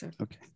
Okay